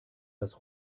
was